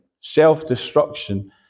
self-destruction